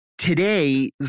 Today